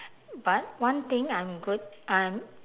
but one thing I'm good I'm